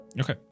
Okay